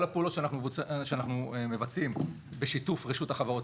כל הפעולות שאנחנו מבצעים בשיתוף רשות החברות